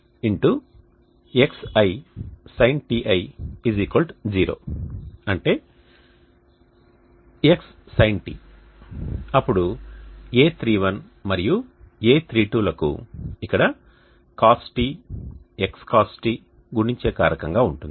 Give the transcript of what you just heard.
xi sinτi0 అంటే x sinτ అప్పుడు a31 మరియు a32 లకు ఇక్కడ cosτ xcosτ గుణించే కారకంగా ఉంటుంది